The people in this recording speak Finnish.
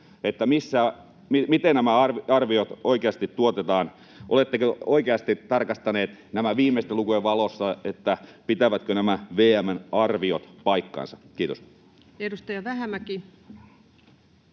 Miten nämä arviot oikeasti tuotetaan? Oletteko oikeasti tarkastaneet nämä viimeisten lukujen valossa, että pitävätkö nämä VM:n arviot paikkansa? — Kiitos. [Speech